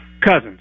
Cousins